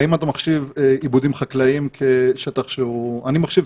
האם אתה מחשיב עיבודים חקלאיים כשטח שהוא אני מחשיב